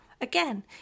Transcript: again